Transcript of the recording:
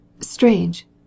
Strange